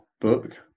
book